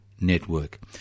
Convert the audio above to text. Network